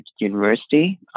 university